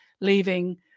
leaving